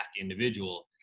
individual